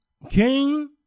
King